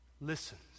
listens